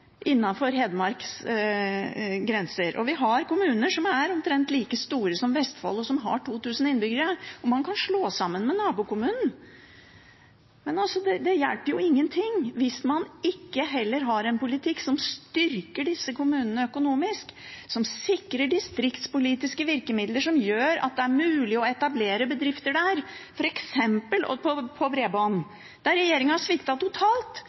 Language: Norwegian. innenfor Hedmarks grenser, og vi har kommuner som er omtrent like store som Vestfold, og som har 2 000 innbyggere. Man kan slå dem sammen med nabokommunen, men det hjelper ingenting hvis man ikke har en politikk som styrker disse kommunene økonomisk, som sikrer distriktspolitiske virkemidler som gjør at det er mulig å etablere bedrifter der, f.eks. bredbånd, der regjeringen har sviktet totalt.